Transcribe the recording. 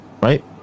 right